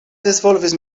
disvolvis